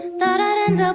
thought i'd end um